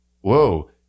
whoa